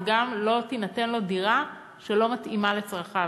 זה גם שלא תינתן לו דירה שלא מתאימה לצרכיו.